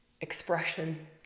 expression